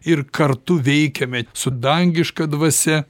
ir kartu veikiame su dangiška dvasia